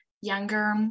younger